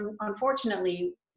unfortunately